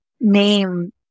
name